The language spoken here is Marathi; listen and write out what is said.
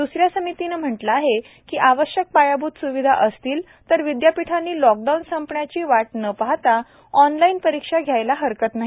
दुसऱ्या समितीनं म्हटलं आहे की आवश्यक पायाभूत सुविधा असतील तर विद्यापीठांनी लॉकडाऊन संपण्याची वाट न पाहता ऑनलाईन परीक्षा घ्यायला हरकत नाही